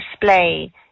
display